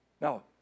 Now